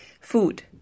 Food